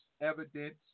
evidence